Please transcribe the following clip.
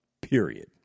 period